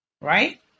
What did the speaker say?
right